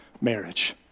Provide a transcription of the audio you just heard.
marriage